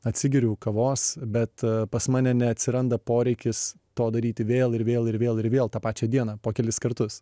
atsigeriu kavos bet pas mane neatsiranda poreikis to daryti vėl ir vėl ir vėl ir vėl tą pačią dieną po kelis kartus